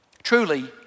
Truly